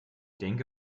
denke